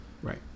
Right